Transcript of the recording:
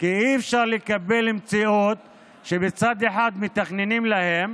כי אי-אפשר לקבל מציאות שבצד אחד מתכננים להם,